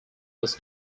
was